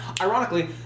Ironically